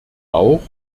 auch